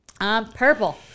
Purple